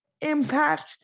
impact